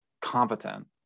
competent